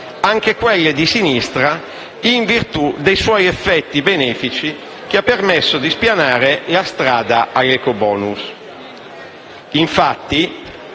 anche quelle di sinistra, in virtù dei suoi effetti benefici, che ha permesso di spianare la strada all'ecobonus.